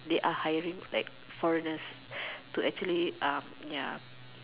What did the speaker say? they are hiring like foreigners to actually um ya